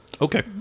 Okay